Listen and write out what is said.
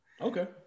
Okay